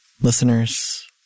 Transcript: Listeners